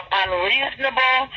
unreasonable